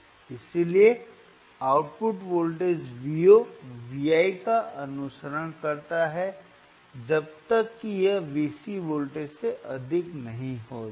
इसलिए output voltage Vo Vi का अनुसरण करता है जब तक कि यह Vc वोल्टेज से अधिक न हो जाए